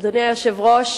אדוני היושב-ראש,